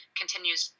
continues